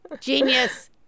genius